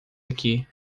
aqui